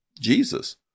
Jesus